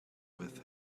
with